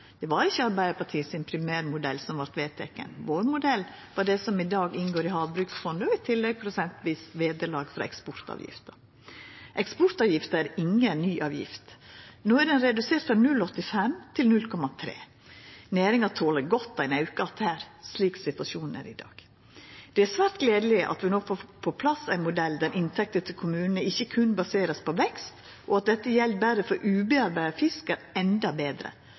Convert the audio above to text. Det var ikkje Arbeidarpartiet sin primærmodell som vart vedteken. Modellen vår var det som i dag inngår i havbruksfondet og i tillegg prosentvis vederlag for eksportavgifta. Eksportavgifta er inga ny avgift. No er ho redusert frå 0,85 til 0,3 pst. Næringa toler godt ein auke att her slik situasjonen er i dag. Det er svært gledeleg at vi no får på plass ein modell der inntekter til kommunane ikkje berre baserer seg på vekst, og at dette gjeld berre for uforedla fisk, er endå betre.